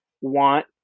want